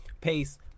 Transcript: pace